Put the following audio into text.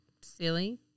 silly